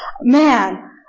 Man